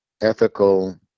ethical